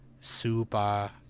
Super